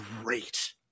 great